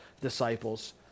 disciples